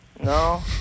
No